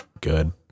good